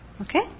Okay